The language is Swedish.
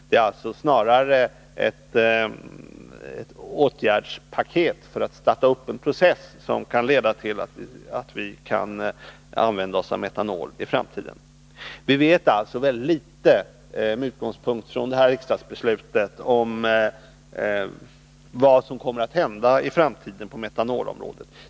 Det är alltså snarare fråga om ett åtgärdspaket för att sätta i gång en process, som kan leda till att vi kan använda metanol i framtiden. Med utgångspunkt i riksdagsbeslutet vet vi alltså väldigt litet om vad som kommer att hända i framtiden på metanolområdet.